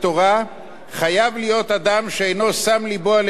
חייב להיות אדם שאינו שם לבו על הבלי העולם הזה,